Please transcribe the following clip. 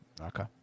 okay